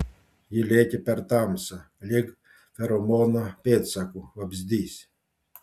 ji lėkė per tamsą lyg feromono pėdsaku vabzdys